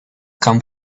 come